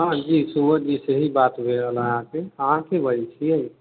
हँ जी सुबोधजी से ही बात भय रहल अछि अहाँके अहाँ के बजै छियै